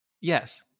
Yes